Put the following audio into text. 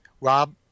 Rob